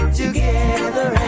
together